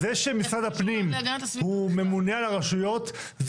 זה שמשרד הפנים הוא ממונה על הרשויות זה